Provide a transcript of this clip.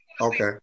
Okay